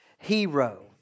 hero